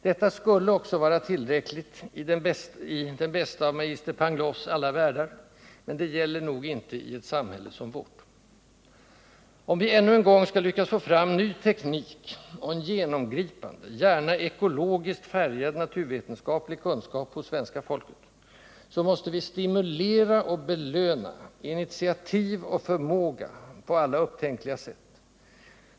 Detta skulle också vara tillräckligt i den bästa av magister Pangloss alla världar, men det gäller nog inte i ett samhälle som vårt. Om vi ännu en gång skall lyckas få fram ny teknik och en genomgripande — gärna ekologiskt färgad — naturvetenskaplig kunskap hos svenska folket, så måste vi stimulera och belöna initiativ och förmåga på alla upptänkliga sätt.